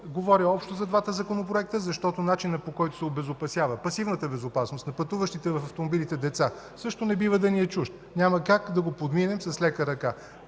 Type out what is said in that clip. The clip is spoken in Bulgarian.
Говоря общо за двата законопроекта, защото начинът, по който се обезопасява, пасивната безопасност на пътуващите в автомобилите деца, също не бива да ни е чужд. Няма как да го подминем с лека ръка.